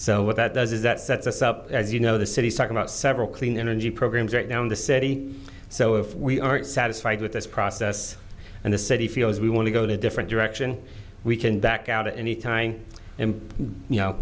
so what that does is that sets us up as you know the city's talking about several clean energy programs right now in the city so if we aren't satisfied with this process and the city feels we want to go to a different direction we can back out at any time and